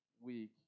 week